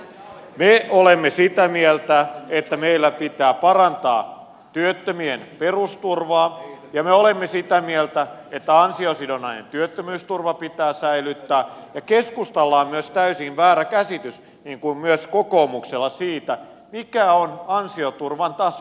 me olemme sitä mieltä että meillä pitää parantaa työttömien perusturvaa ja me olemme sitä mieltä että ansiosidonnainen työttömyysturva pitää säilyttää ja keskustalla on myös täysin väärä käsitys niin kuin myös kokoomuksella siitä mikä on ansioturvan taso